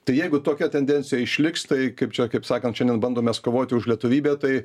tai jeigu tokia tendencija išliks tai kaip čia kaip sakant šiandien bandom mes kovoti už lietuvybę tai